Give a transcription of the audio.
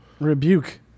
rebuke